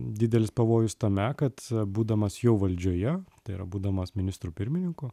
didelis pavojus tame kad būdamas jau valdžioje tai yra būdamas ministru pirmininku